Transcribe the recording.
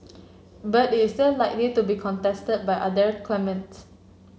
but it's still likely to be contested by other claimants